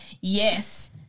Yes